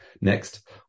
Next